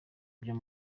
ibyo